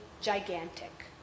gigantic